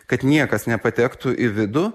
kad niekas nepatektų į vidų